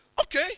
okay